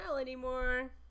anymore